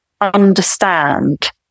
understand